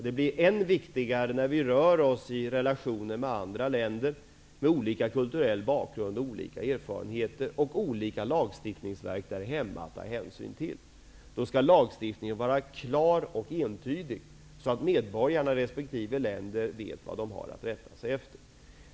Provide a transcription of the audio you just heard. Det blir än viktigare när vi rör oss i relationer med andra länder med olika kulturell bakgrund, olika erfarenheter och olika lagstiftningsverk där hemma att ta hänsyn till. Då skall lagstiftningen vara klar och entydig, så att medborgarna i resp. länder vet vad de har att rätta sig efter.